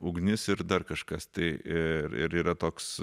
ugnis ir dar kažkas tai ir yra toks